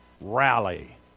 rally